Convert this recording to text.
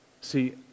See